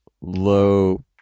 low